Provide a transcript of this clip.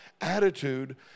attitude